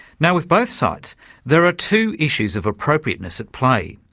now with both sites there are two issues of appropriateness at play.